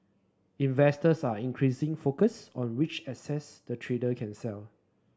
investors are increasingly focused on which assets the trader can sell